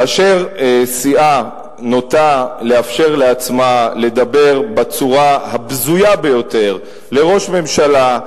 כאשר סיעה נוטה לאפשר לעצמה לדבר בצורה הבזויה ביותר על ראש ממשלה,